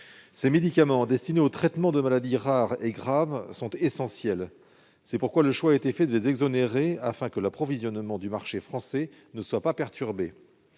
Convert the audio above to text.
Ces médicaments, destinés au traitement de maladies rares et graves, sont essentiels. C'est pourquoi le choix a été fait de les exonérer, afin que l'approvisionnement du marché français ne soit pas perturbé.